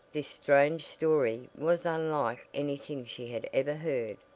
this strange story was unlike anything she had ever heard,